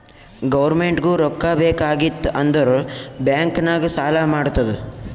ಗೌರ್ಮೆಂಟ್ಗೂ ರೊಕ್ಕಾ ಬೇಕ್ ಆಗಿತ್ತ್ ಅಂದುರ್ ಬ್ಯಾಂಕ್ ನಾಗ್ ಸಾಲಾ ಮಾಡ್ತುದ್